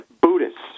Buddhists